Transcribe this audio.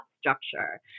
structure